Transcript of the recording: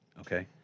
Okay